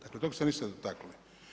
Dakle, tog se niste dotaknuli.